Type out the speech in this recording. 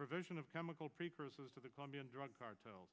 provision of chemical precursors to the colombian drug cartel